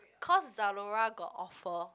cause Zalora got offer